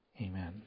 amen